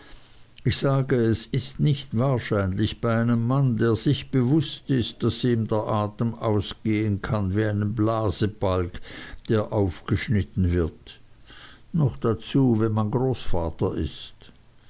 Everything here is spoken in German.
ich sage es ist nicht wahrscheinlich bei einem mann der sich bewußt ist daß ihm der atem ausgehen kann wie einem blasebalg der aufgeschnitten wird noch dazu wenn man großvater ist